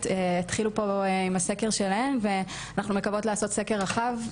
התחילו פה עם הסקר שלהם ואנחנו מקוות לעשות סקר רחב,